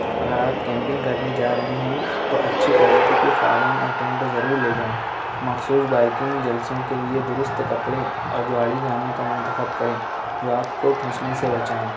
اگر آپ کیمپینگ کرنے جا رہے ہیں تو اچھی کوائلیٹی کی خوابین اور ٹینٹ ضرور لے جائیں مخصوص بائکنگ جلسوں کے لئے درست کپڑے اور جواڑی جامے کا منتخب کریں جو آپ کو ٹھونسنے سے بچائیں